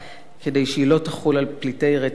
כדי שהיא לא תחול על פליטי רצח-עם,